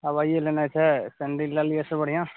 हवाइए लेनाइ छै सैंडिल लऽ लिअ एहिसँ बढ़िआँ